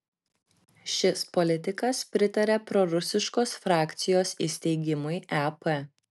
šis politikas pritaria prorusiškos frakcijos įsteigimui ep